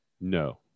No